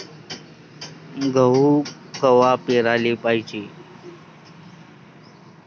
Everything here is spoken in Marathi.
गहू कवा पेराले पायजे?